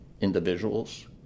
individuals